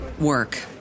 work